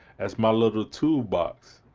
as my little toolbox.